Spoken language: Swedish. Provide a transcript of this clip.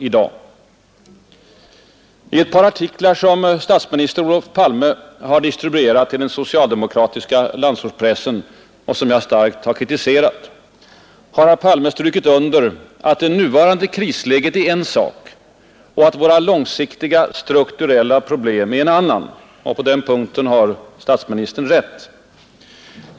I ett par partiklar, som statsminister Palme har distribuerat till den socialdemokratiska landsortspressen och som jag starkt kritiserat, har herr Palme understrukit att det nuvarande krisläget är en sak och att våra långsiktiga strukturella problem är en annan. På den punkten har statsministern rätt.